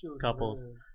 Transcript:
couples